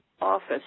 office